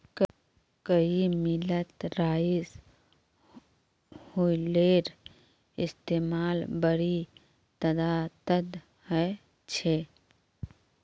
कई मिलत राइस हुलरेर इस्तेमाल बड़ी तदादत ह छे